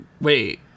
Wait